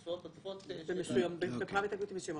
תשואות עודפות --- Private Equity מסוימות.